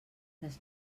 les